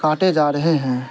کاٹے جا رہے ہیں